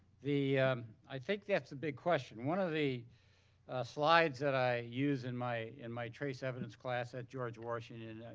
the i think that's the big question. one of the slides that i use in my in my trace evidence class at george washington,